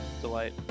Delight